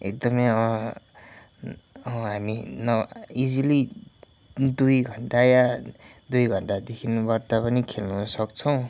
एकदमै हामी न इजिली दुई घन्टा या दुई घन्टादेखि बढ्ता पनि खेल्न सक्छौँ